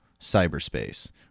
cyberspace